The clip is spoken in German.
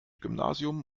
gymnasium